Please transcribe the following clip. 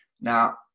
Now